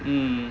mm